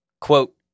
quote